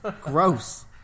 Gross